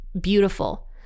beautiful